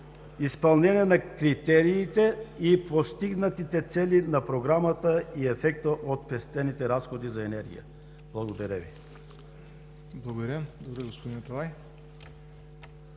изпълнение на критериите и постигнатите цели на Програмата и ефектът от пестените разходи за енергия. Благодаря Ви.